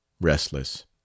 Restless